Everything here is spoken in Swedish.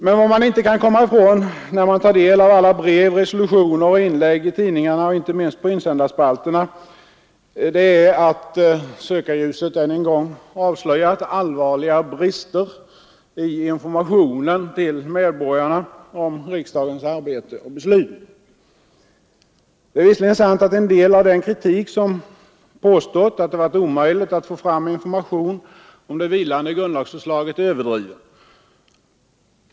Men vad man inte kan komma ifrån när man tar del av alla brev, resolutioner och inlägg i tidningarna, inte minst på insändarspalterna, det är att sökarljuset än en gång avslöjat allvarliga brister i informationen till medborgarna om riksdagens arbete och beslut. Det är visserligen sant att en del av den kritik som påstått att det varit omöjligt att få fram information om det vilande grundlagsförslaget är överdriven.